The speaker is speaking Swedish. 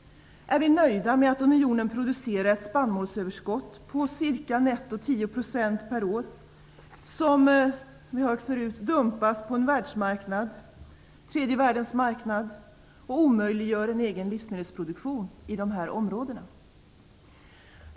Är vi nöjda med att unionen producerar ett spannmålsöverskott på netto ca 10 % per år, vilket som vi har hört förut dumpas på en världsmarknad, tredje världens marknad, och omöjliggör en egen livsmedelsproduktion i de områdena?